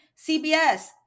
CBS